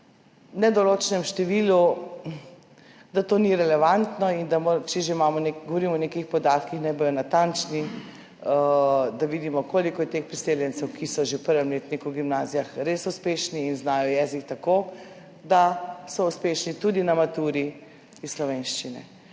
nedoločenem številu, da to ni relevantno, in če že govorimo o nekih podatkih, naj bodo natančni, da vidimo, koliko je teh priseljencev, ki so že v prvem letniku na gimnazijah res uspešni in znajo jezik tako, da so uspešni tudi na maturi iz slovenščine.